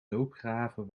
loopgraven